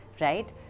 right